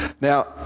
Now